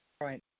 Right